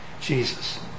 Jesus